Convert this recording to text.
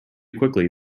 quickly